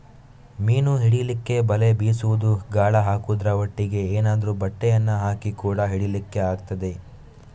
ಮೀನು ಹಿಡೀಲಿಕ್ಕೆ ಬಲೆ ಬೀಸುದು, ಗಾಳ ಹಾಕುದ್ರ ಒಟ್ಟಿಗೆ ಏನಾದ್ರೂ ಬಟ್ಟೆಯನ್ನ ಹಾಸಿ ಕೂಡಾ ಹಿಡೀಲಿಕ್ಕೆ ಆಗ್ತದೆ